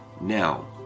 Now